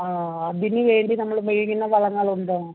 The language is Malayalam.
ആ അതിനുവേണ്ടി നമ്മൾ ഉപയോഗിക്കുന്ന വളങ്ങളുണ്ടോ